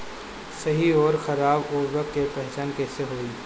सही अउर खराब उर्बरक के पहचान कैसे होई?